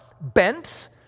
bent